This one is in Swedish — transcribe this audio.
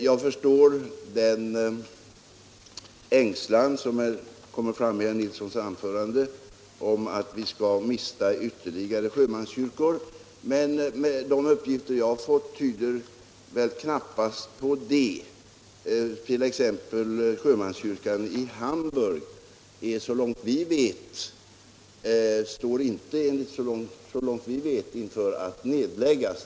Jag förstår den ängslan som kommer fram i herr Nilssons anförande inför tanken att vi skulle mista ytterligare sjömanskyrkor, men de uppgifter jag fått tyder knappast på att så skulle bli fallet. Sjömanskyrkan i Hamburg t.ex. står såvitt vi vet inte inför nedläggning.